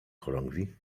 chorągwi